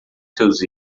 seus